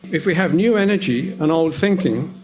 if we have new energy and old thinking,